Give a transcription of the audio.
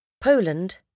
Poland